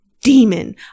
demon